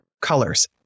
colors